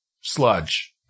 sludge